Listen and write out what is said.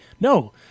No